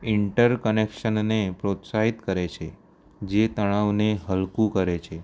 inter કનેક્શનને પ્રોત્સાહિત કરે છે જે તણાવને હલકું કરે છે